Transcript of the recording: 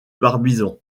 barbizon